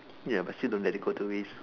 ya but still don't let it go to waste